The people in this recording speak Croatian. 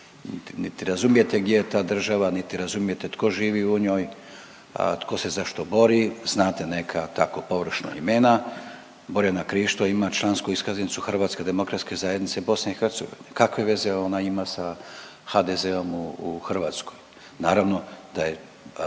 niti razumijete gdje je ta država, niti razumijete tko živi u njoj, tko se za što bori. Znate neka tako površno imena, Borjana Krišto ima člansku iskaznicu HDZ-a BiH, kakve veze ona ima sa HDZ-om u Hrvatskoj? Naravno da je